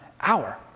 hour